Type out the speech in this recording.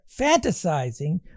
fantasizing